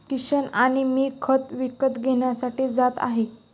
किशन आणि मी खत विकत घेण्यासाठी जात आहे